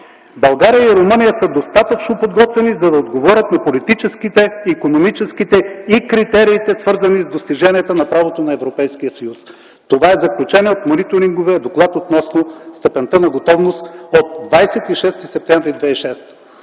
„България и Румъния са достатъчно подготвени, за да отговорят на политическите, икономическите и критериите, свързани с достиженията на правото на Европейския съюз”. Това е заключение от мониторинговия доклад относно степента на готовност от 26 септември 2006